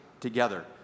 together